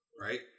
right